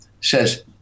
says